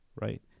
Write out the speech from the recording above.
right